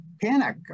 panic